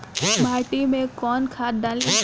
माटी में कोउन खाद डाली?